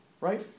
right